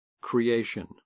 creation